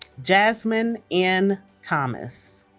jazmyn n. thomas